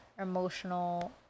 emotional